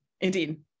Indeed